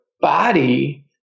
body